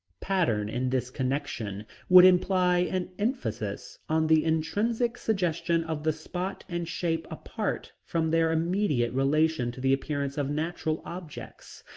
pattern in this connection would imply an emphasis on the intrinsic suggestion of the spot and shape apart from their immediate relation to the appearance of natural objects.